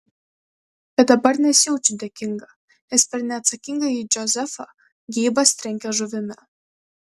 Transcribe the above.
bet dabar nesijaučiu dėkinga nes per neatsakingąjį džozefą geibas trenkia žuvimi